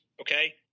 okay